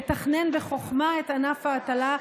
לתכנן בחוכמה את ענף ההטלה,